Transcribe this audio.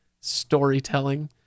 storytelling